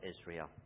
Israel